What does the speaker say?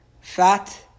fat